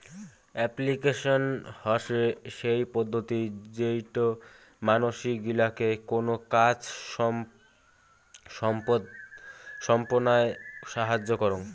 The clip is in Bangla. এপ্লিকেশন হসে সেই পদ্ধতি যেইটো মানসি গিলাকে কোনো কাজ সম্পদনায় সাহায্য করং